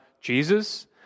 Jesus